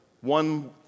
one